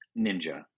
ninja